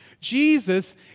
Jesus